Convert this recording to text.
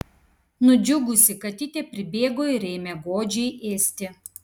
nudžiugusi katytė pribėgo ir ėmė godžiai ėsti